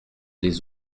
des